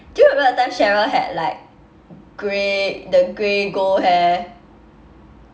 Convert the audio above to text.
do you remember that time cheryl had like grey the grey gold hair